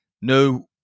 No